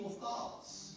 thoughts